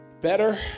Better